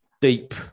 deep